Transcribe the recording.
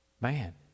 Man